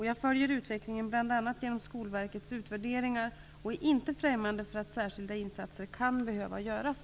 Jag följer utvecklingen bl.a. genom Skolverkets utvärderingar och är inte främmande för att särskilda insatser kan behöva göras.